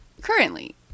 currently